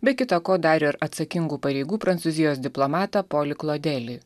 be kita ko dar ir atsakingų pareigų prancūzijos diplomatą polį klodelį